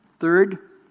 Third